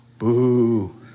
Boo